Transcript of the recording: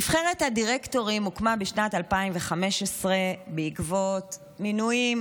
נבחרת הדירקטורים הוקמה בשנת 2015 בעקבות מינויים